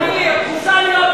אני רוצה לדבר